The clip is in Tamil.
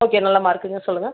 ஓகே நல்ல மார்க்குங்க சொல்லுங்க